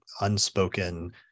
unspoken